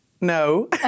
no